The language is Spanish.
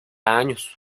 años